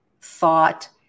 thought